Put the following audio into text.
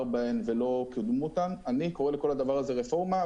בהן ולא קידמו אותן אני קורא לכל הדבר הזה רפורמה,